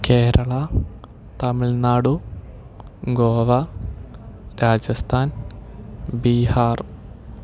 Kerala Tamil Nadu Goa Rajasthan Bihar